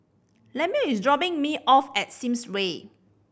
Lemuel is dropping me off at Sims Way